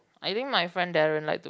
I think my friend Darren like to